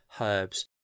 Herbs